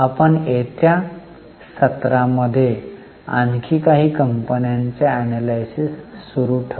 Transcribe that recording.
आपण येत्या सत्रामध्ये आणखी काही कंपन्यांचे एनलायसिस सुरू ठेवू